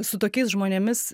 su tokiais žmonėmis